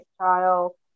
trial